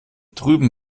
drüben